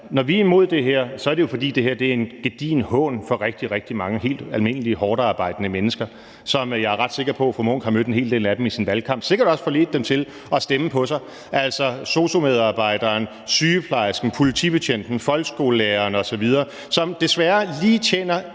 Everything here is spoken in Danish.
Når vi er imod det her, er det jo, fordi det her er en gedigen hån over for rigtig mange helt almindelige hårdtarbejdende mennesker, som jeg er ret sikker på fru Signe Munk har mødt en hel del af i sin valgkamp – og sikkert også forledt dem til at stemme på sig – altså sosu-medarbejderen, sygeplejersken, politibetjenten, folkeskolelæreren osv., som desværre lige tjener